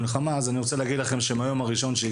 אני רוצה להגיד לך תודה, ואני אגיד לך למה.